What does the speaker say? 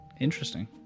Interesting